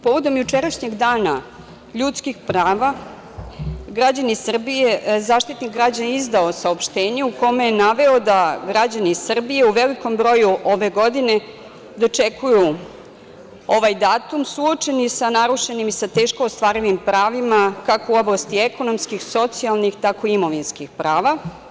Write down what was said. Povodom jučerašnjeg Dana ljudskih prava, Zaštitnik građana je izdao saopštenje u kome je naveo da građani Srbije u velikom broju ove godine dočekuju ovaj datum suočeni sa narušenim i sa teško ostvarim pravima, kako u oblasti ekonomskih, socijalnih, tako i imovinskih prava.